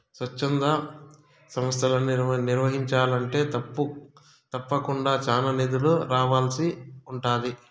స్వచ్ఛంద సంస్తలని నిర్వహించాలంటే తప్పకుండా చానా నిధులు కావాల్సి ఉంటాది